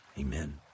amen